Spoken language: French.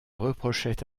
reprochait